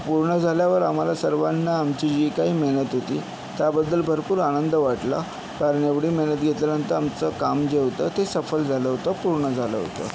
पूर्ण झाल्यावर आम्हाला सर्वाना आमची जी काही मेहनत होती त्याबद्दल भरपूर आनंद वाटला कारण एवढी मेहनत घेल्यानंतर आमचं काम जे होतं ते सफल झालं होत पूर्ण झालं होतं